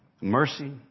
mercy